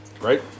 Right